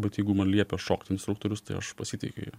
bet jeigu man liepia šokt instruktorius tai aš pasitikiu juo